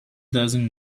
doesn’t